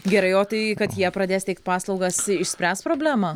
gerai o tai kad jie pradės teikti paslaugas išspręs problemą